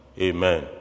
amen